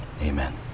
Amen